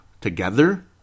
together